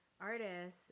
artists